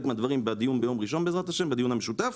מהדברים בדיון ביום ראשון בעזרת השם בדיון המשותף,